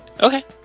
Okay